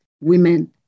women